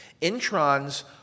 Introns